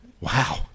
Wow